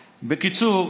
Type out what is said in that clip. בקיצור,